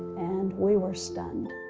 and we were stunned.